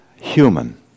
human